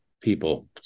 people